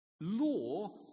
law